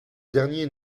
dernier